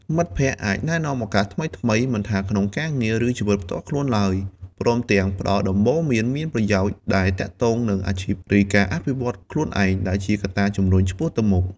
មិត្តភក្តិអាចណែនាំឱកាសថ្មីៗ មិនថាក្នុងការងារ ឬជីវិតផ្ទាល់ខ្លួនឡើយ ព្រមទាំងផ្ដល់ដំបូន្មានមានប្រយោជន៍ដែលទាក់ទងនឹងអាជីព ឬការអភិវឌ្ឍន៍ខ្លួនឯង ដែលជាកត្តាជំរុញឆ្ពោះទៅមុខ។